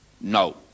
No